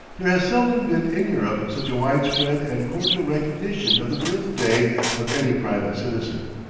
there has seldom been in europe such a widespread and cordial recognition of the birthday of any private citizen.